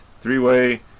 three-way